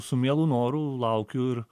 su mielu noru laukiu ir